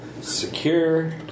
Secure